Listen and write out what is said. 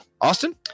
Austin